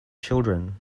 children